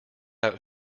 out